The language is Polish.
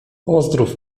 pozdrów